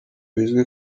bizwi